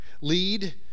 lead